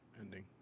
ending